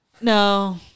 no